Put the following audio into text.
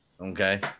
okay